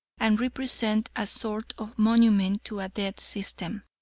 and represent a sort of monument to a dead system.